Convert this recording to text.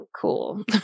cool